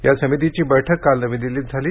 या समितीची बैठक काल नवी दिल्लीत झाली